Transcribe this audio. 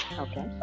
Okay